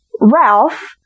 Ralph